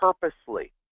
purposely